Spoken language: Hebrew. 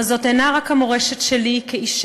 אבל זאת אינה רק המורשת שלי כאישה,